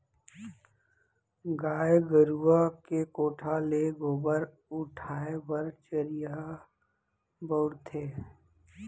गाय गरूवा के कोठा ले गोबर उठाय बर चरिहा बउरथे